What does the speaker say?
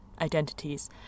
identities